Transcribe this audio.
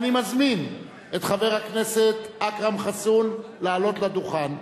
אני מזמין את חבר הכנסת אכרם חסון לעלות לדוכן.